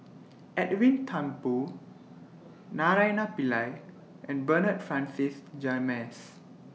Edwin Thumboo Naraina Pillai and Bernard Francis James